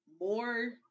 more